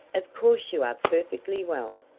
of course you are perfectly well,